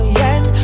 yes